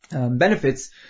Benefits